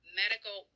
medical